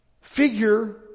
figure